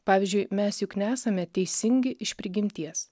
pavyzdžiui mes juk nesame teisingi iš prigimties